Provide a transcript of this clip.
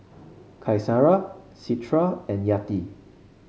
Qaisara Citra and Yati